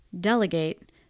delegate